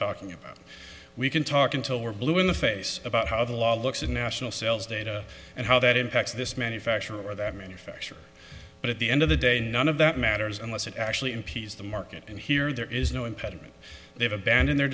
talking about we can talk until we're blue in the face about how the law looks at national sales data and how that impacts this manufacturer or that manufacture but at the end of the day none of that matters unless it actually impedes the market and here there is no impediment they've abandoned their